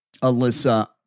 Alyssa